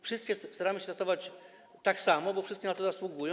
Wszystkie służby staramy się traktować tak samo, bo wszystkie na to zasługują.